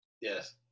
yes